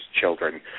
children